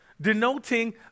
denoting